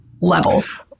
levels